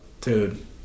dude